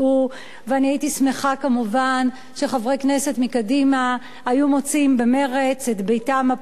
ואני הייתי שמחה שחברי כנסת מקדימה היו מוצאים במרצ את ביתם הפוליטי,